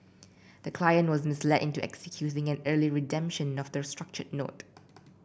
the client was misled into executing an early redemption of the structured note